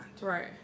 right